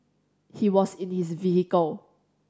he was in his vehicle